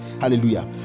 Hallelujah